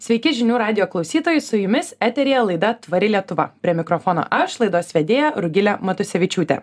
sveiki žinių radijo klausytojai su jumis eteryje laida tvari lietuva prie mikrofono aš laidos vedėja rugilė matusevičiūtė